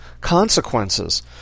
consequences